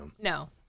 No